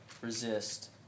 resist